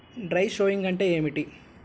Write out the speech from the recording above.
Dry sowing అంటే ఏమిటి?